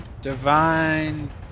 Divine